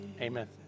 amen